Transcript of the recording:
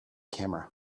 camera